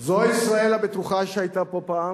זו ישראל הבטוחה שהיתה פה פעם,